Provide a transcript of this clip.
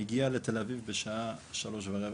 הגיעה לתל אביב בשעה 15:15,